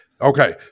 Okay